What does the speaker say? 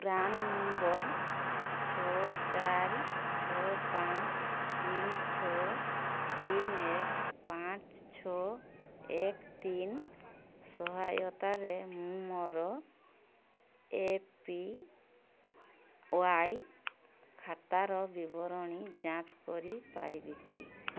PRAN number ଛଅ ଚାରି ଛଅ ପାଞ୍ଚ ତିନି ଛଅ ତିନି ଏକ ପାଞ୍ଚ ଛଅ ଏକ ତିନି ସହାୟତାରେ ମୁଁ ମୋର ଏପି ୱାଇ ଖାତାର ବିବରଣୀ ଯାଞ୍ଚ କରିପାରିବି କି